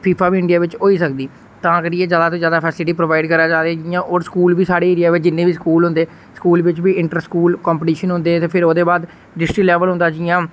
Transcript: FIFA बी India बिच होई सकदी तां करियै ज्यादा तो ज्यादा फैसिलिटी प्रोवाइड करा जा दे जियां और स्कूल वि साढ़े एरिया बिच जिन्ने बी स्कूल होंदे स्कूल बिच बी इंटरस्कूल कम्पटीशन होंदे ते फिर ओह्दे बाद डिस्ट्रिक लैवल होंदा जि'यां